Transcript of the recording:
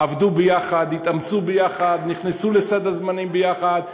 עבדו ביחד, התאמצו ביחד, נכנסו לסד הזמנים ביחד.